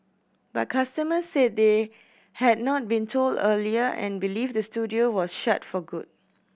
but customers said they had not been told earlier and believe the studio was shut for good